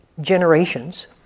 generations